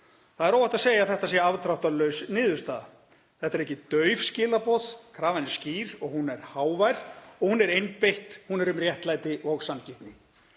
Það er óhætt að segja að þetta sé afdráttarlaus niðurstaða. Þetta eru ekki dauf skilaboð. Krafan er skýr og hún er hávær. Hún er einbeitt, hún er um réttlæti og sanngirni.